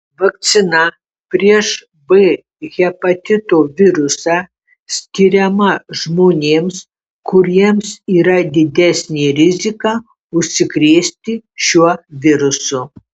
vakcina prieš b hepatito virusą skiriama žmonėms kuriems yra didesnė rizika užsikrėsti šiuo virusu